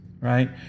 right